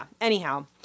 Anyhow